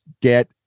get